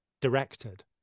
directed